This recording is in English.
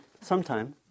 Sometime